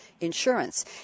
Insurance